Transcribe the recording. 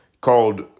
called